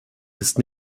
ist